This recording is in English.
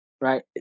right